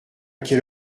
quelle